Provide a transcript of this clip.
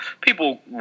people